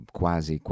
quasi